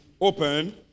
open